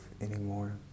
anymore